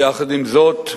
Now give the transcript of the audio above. ויחד עם זאת,